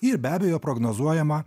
ir be abejo prognozuojamą